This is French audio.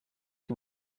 qui